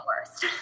worst